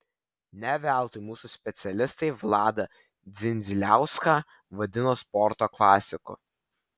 ne veltui mūsų specialistai vladą dzindziliauską vadino sporto klasiku